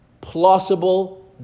plausible